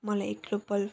मलाई एक्लोपन